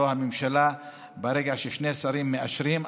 ברגע ששני השרים מאשרים,